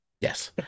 Yes